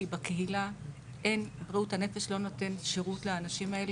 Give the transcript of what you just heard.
כי בקהילה בריאות הנפש לא נותן שירות לאנשים האלה.